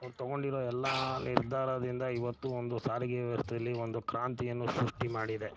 ಅವ್ರು ತೊಗೊಂಡಿರೋ ಎಲ್ಲ ನಿರ್ಧಾರದಿಂದ ಇವತ್ತು ಒಂದು ಸಾರಿಗೆ ವ್ಯವಸ್ಥೆಯಲ್ಲಿ ಒಂದು ಕ್ರಾಂತಿಯನ್ನು ಸೃಷ್ಟಿ ಮಾಡಿದೆ